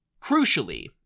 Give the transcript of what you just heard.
Crucially